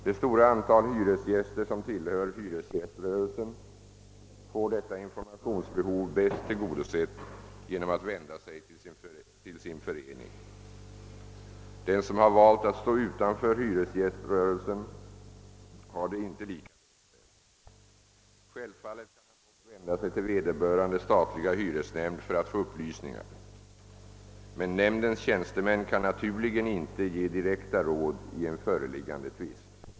Det stora antal hyresgäster som tillhör hyresgäströrelsen får detta infor mationsbehov bäst tillgodosett genom att vända sig till sin förening. Den som valt att stå utanför hyresgäströrelsen har det inte lika väl ställt. Självfallet kan han vända sig till vederbörande statliga hyresnämnd för att få upplysningar. Nämndens tjänstemän kan emellertid naturligen inte ge direkta råd i en föreliggande tvist.